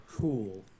cool